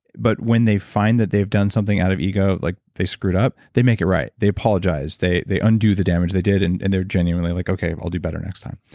but when they find that they've done something out of ego, like they screwed up, they make it right they apologize. they they undo the damage they did, and and they're genuinely like, okay. i'll do better next time.